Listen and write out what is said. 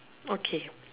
okay